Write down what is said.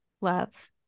love